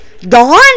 Don